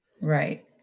Right